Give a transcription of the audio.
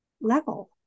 level